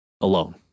alone